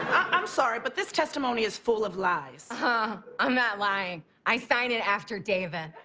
i'm sorry, but this testimony is full of lies. but i'm not lying. i signed an after david.